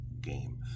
game